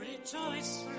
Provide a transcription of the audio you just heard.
Rejoice